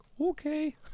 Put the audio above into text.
okay